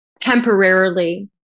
temporarily